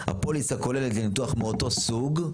הפוליסה כוללת ניתוח מאותו סוג.